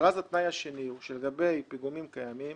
אבל אז התנאי השני הוא שלגבי פיגומים קיימים